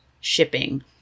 shipping